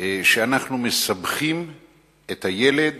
שאנחנו מסבכים את הילד